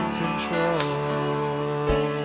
control